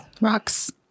Rocks